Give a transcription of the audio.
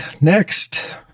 next